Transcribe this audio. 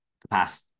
capacity